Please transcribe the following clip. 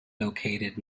located